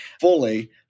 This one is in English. fully